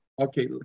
okay